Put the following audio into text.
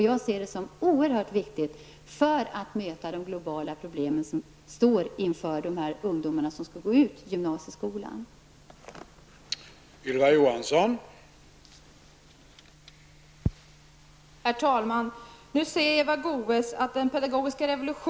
Jag ser detta som något oerhört viktigt för att möta de globala miljöproblem som de ungdomar som går ut gymnasieskolan står inför.